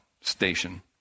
Station